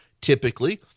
Typically